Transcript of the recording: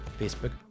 facebook